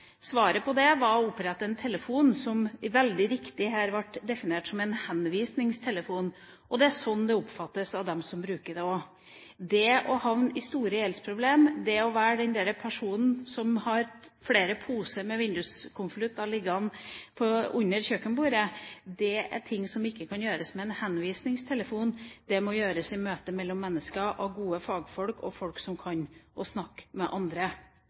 Svaret var å opprette en telefon som, veldig riktig, her ble definert som en henvisningstelefon. Det er slik det oppfattes av dem som bruker den. Det å havne i store gjeldsproblemer, det å være den personen som har flere poser med vinduskonvolutter liggende under kjøkkenbordet, er noe som det ikke kan gjøres noe med ved en henvisningstelefon. Det må gjøres i møte mellom mennesker, med gode fagfolk som kan snakke med andre.